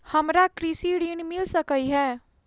हमरा कृषि ऋण मिल सकै है?